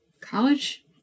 college